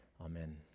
Amen